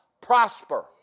prosper